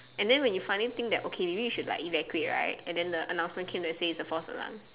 and then when you finally think that okay maybe you should like evacuate right and then the announcement came to say that it was a false alarm